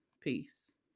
Peace